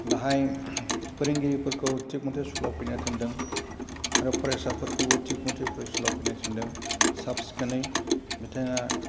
बाहाय फोरोंगिरिफोरखौ थिगमथे स्कुलाव फैनो थिनदों आरो फरायसाफोरखौबो थिगमथे फरायसालियाव फैनो थिनदों साब सिखोनै बिथाङा